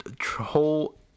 whole